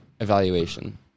evaluation